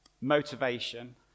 motivation